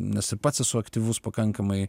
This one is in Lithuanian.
nes ir pats esu aktyvus pakankamai